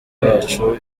wacu